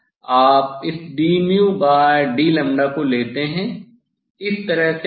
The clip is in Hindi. आप इस dd को लेते हैं